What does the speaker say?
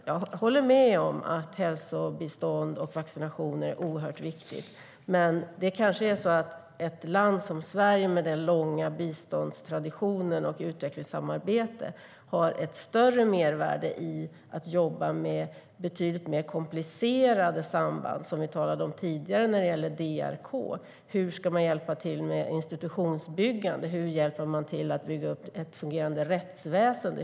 Jag håller med om att hälsobistånd och vaccinationer är oerhört viktiga, men för ett land som Sverige med sin långa biståndstradition och sitt utvecklingssamarbete finns ett större mervärde i att jobba med betydligt mer komplicerade samband, som vi talade om tidigare när det gäller DRK. Hur ska man hjälpa till med institutionsbyggande? Hur hjälper man till att bygga upp ett fungerande rättsväsen?